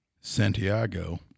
Santiago